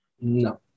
No